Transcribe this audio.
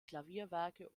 klavierwerke